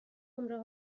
نمره